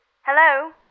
Hello